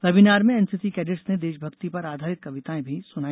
webinar में NCC cadets ने देशभक्ति पर आधारित कविताएं भी सुनाई